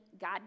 God